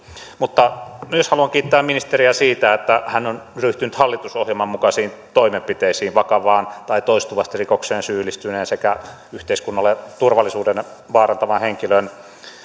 mutta haluan kiittää ministeriä myös siitä että hän on ryhtynyt hallitusohjelman mukaisiin toimenpiteisiin vakavaan tai toistuvasti rikokseen syyllistyneen sekä yhteiskunnalle turvallisuuden vaarantavan henkilön